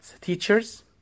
teachers